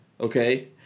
okay